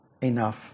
enough